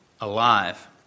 alive